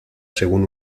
según